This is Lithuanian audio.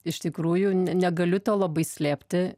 iš tikrųjų ne negaliu to labai slėpti